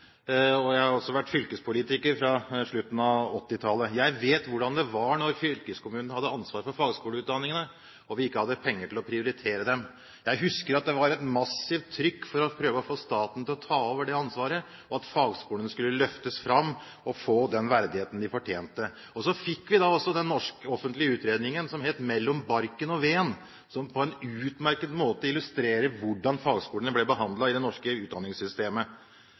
og jeg har også vært fylkespolitiker fra slutten av 1980-tallet. Jeg vet hvordan det var da fylkeskommunen hadde ansvar for fagskoleutdanningene og vi ikke hadde penger til å prioritere dem. Jeg husker at det var et massivt trykk for å prøve å få staten til å ta over det ansvaret, og at fagskolene skulle løftes fram og få den verdigheten de fortjente. Så fikk vi altså denne offentlige utredningen, Mellom barken og veden, som på en utmerket måte illustrerer hvordan fagskolene har blitt behandlet i det norske utdanningssystemet.